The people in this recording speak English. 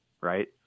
right